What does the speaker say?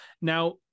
Now